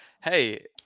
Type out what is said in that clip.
Hey